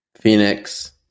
Phoenix